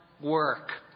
work